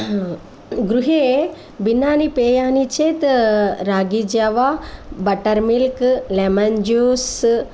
गृहे भिन्नानि पेयानि चेत् रागीजावा बट्टर्मिल्क् लेमन् जूस्